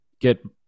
get